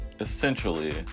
essentially